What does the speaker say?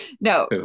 No